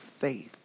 faith